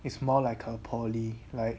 it's more like a poly like